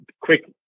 quick